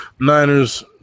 Niners